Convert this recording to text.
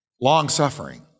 Long-suffering